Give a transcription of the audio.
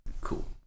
cool